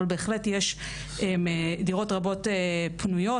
אבל בהחלט יש דירות רבות פנויות,